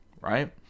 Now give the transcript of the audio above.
right